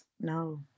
No